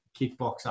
kickboxer